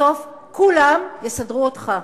בסוף, כולם יסדרו אותך.